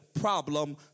problem